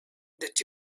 that